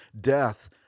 death